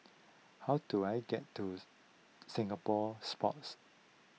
how do I get to Singapore Sports